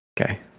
Okay